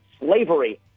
Slavery